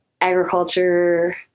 agriculture